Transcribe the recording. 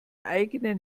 eigenen